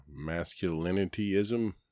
masculinityism